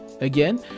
Again